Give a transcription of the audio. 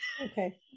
okay